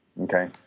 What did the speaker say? okay